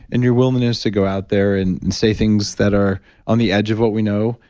and your willingness to go out there and say things that are on the edge of what we know,